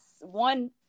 one